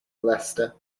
leicester